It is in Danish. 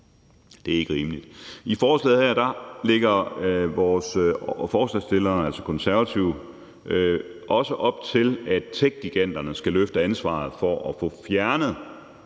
Det er ikke rimeligt. I forslaget her ligger vores forslagsstillere, altså Konservative, også op til, at techgiganterne skal løfte ansvaret for at få fjernet